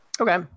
Okay